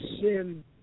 sin